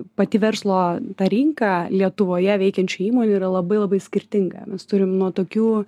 pati verslo ta rinka lietuvoje veikiančių įmonių yra labai labai skirtinga mes turim nuo tokių